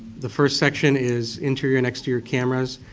the first section is interior and exterior cameras.